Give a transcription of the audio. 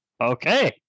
Okay